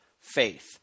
faith